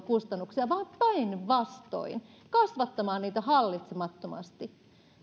kustannuksia vaan päinvastoin kasvattamaan niitä hallitsemattomasti